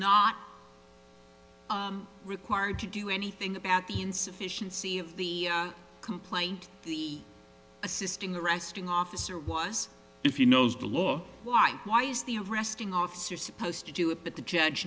not required to do anything about the insufficiency of the complaint the assisting the arresting officer was if you know the law why why is the arresting officer supposed to do it but the judge